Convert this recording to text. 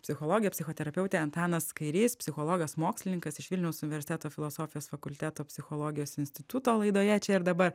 psichologė psichoterapeutė antanas kairys psichologas mokslininkas iš vilniaus universiteto filosofijos fakulteto psichologijos instituto laidoje čia ir dabar